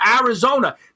Arizona